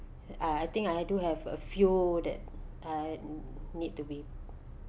uh I think I do have a few that I need to be